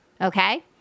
okay